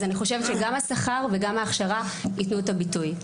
אז אני חושבת שגם השכר וגם ההכשרה ייתנו את הביטוי,